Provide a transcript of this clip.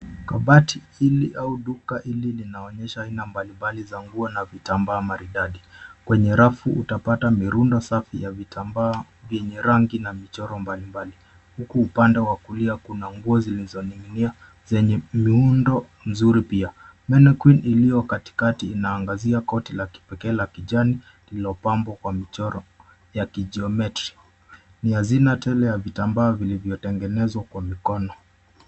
Kabati hili au duka hili linaonyesha aina mbali mbali za nguo na vitambaa maridadi. Kwenye rafu utapata mirundo safi ya vitambaa vyenye rangi na michoro mbali mbali, huku upande wa kulia kuna nguo zilizoning'inia zenye miundo nzuri pia. Mannequin iliyo katikati inaangazia koti la kipekee la kijani lililopambwa kwa michoro ya kigeometry . Ni hazina tele ya vitambaa vilivyotengenezwa kwa mikono.